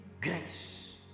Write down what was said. grace